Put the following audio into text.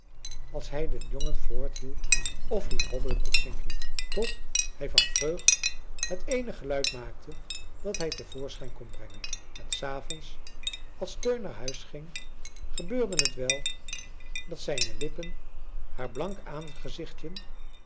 als hij den jongen voorthielp of liet hobbelen op zijn knie tot hij van vreugd het eenig geluid maakte dat hij te voorschijn kon brengen en s avonds als teun naar huis ging gebeurde het wel dat zijne lippen haar blank